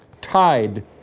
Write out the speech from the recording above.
tied